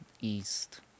east